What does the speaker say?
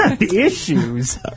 issues